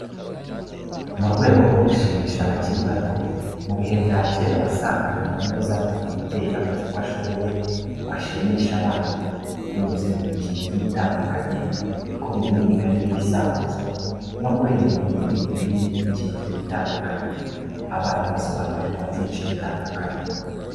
Mu rwego rwo gushimisha abakiri ibato, mu bihe bya cyera wasangaga mu ngo za bantu umubyeyi yakoze uko ashoboye ngo ashimishe abana, binyuze mu mikino igiye itandukanye, ikubiyemo imigani n'ibi akuzo no kuririmba indirimbo n'indi mikino igiye itandukanye, abana basobanurirwa byinshi bitandukanye.